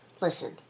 Listen